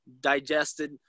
digested